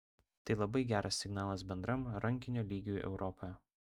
tai labai geras signalas bendram rankinio lygiui europoje